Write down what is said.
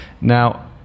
now